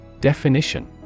Definition